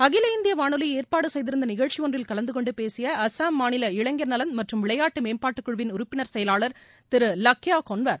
அகில இந்திய வானொலி ஏற்பாடு செய்திருந்த நிகழ்ச்சி ஒன்றில் கலந்து கொண்டு பேசிய அசாம் மாநில இளைஞர் நலன் மற்றும் விளையாட்டு மேம்பாட்டு குழுவின் உறுப்பினர் செயலாளர் திரு லக்யா கொள்வார்